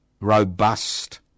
robust